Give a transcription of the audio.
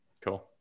cool